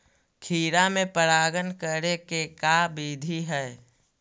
खिरा मे परागण करे के का बिधि है?